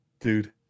Dude